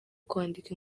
kwandika